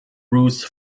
rules